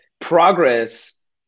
progress